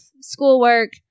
schoolwork